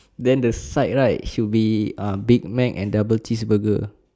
then the side right should be uh big Mac and double cheese burger